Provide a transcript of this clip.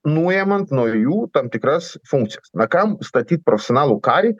nuemant nuo jų tam tikras funkcijas na kam statyt profesionalų karį